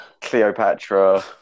Cleopatra